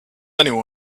anyone